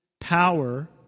power